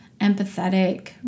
empathetic